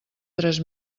tres